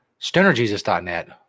stonerjesus.net